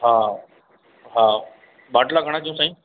हा हा बाटला घणा कयो साईं